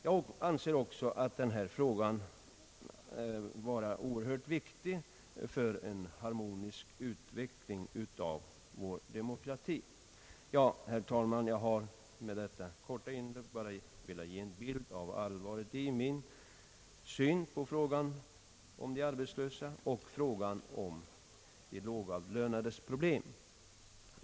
Jag anser också denna fråga vara oerhört viktig för en harmonisk utveckling av vår demokrati. Herr talman! Jag har med detta korta inlägg bara velat ge en bild av allvaret i min syn på frågan om de arbetslösa och frågan om de lågavlönades problem.